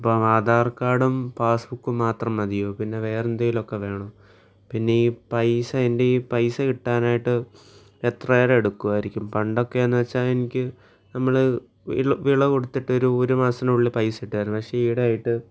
അപ്പോള് ആധാർ കാർഡും പാസ് ബുക്കും മാത്രം മതിയോ പിന്നെ വേറെ എന്തേലൊക്കെ വേണം പിന്നെ ഈ പൈസ എൻ്റെ ഈ പൈസ കിട്ടാനായിട്ട് എത്ര നേരം എടുക്കുമായിരിക്കും പണ്ടൊക്കെയാണെന്നുവച്ചാല് എനിക്ക് നമ്മളെ വിള കൊടുത്തിട്ട് ഒരു ഒരു മാസത്തിനുള്ളിൽ പൈസ ഇട്ടുതരും പക്ഷേ ഈയിടെ ആയിട്ട്